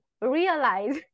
realize